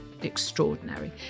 extraordinary